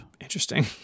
Interesting